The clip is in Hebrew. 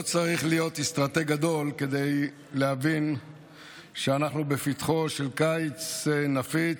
לא צריך להיות אסטרטג גדול כדי להבין שאנחנו בפתחו של קיץ נפיץ.